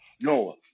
no